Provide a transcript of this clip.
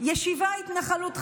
ישיבת התנחלות חדשה,